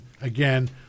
again